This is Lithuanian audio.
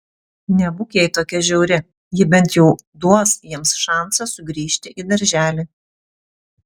nebūk jai tokia žiauri ji bent jau duos jiems šansą sugrįžti į darželį